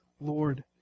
Lord